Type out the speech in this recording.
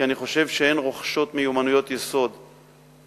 כי אני חושב שהן רוכשות את מיומנויות היסוד בעיקרן,